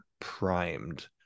primed